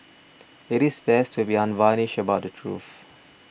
it is best to be unvarnished about the truth